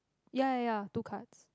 ya ya ya two cards